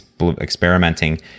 experimenting